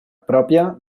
pròpia